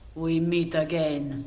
we meet again.